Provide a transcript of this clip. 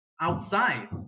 outside